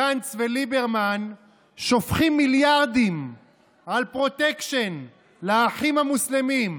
גנץ וליברמן שופכים מיליארדים על פרוטקשן לאחים המוסלמים,